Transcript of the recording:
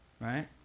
right